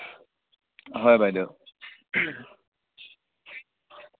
হয় বাইদ'